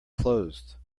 closed